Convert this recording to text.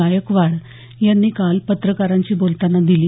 गायकवाड यांनी काल पत्रकारांशी बोलताना दिली